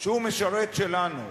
שהוא משרת שלנו.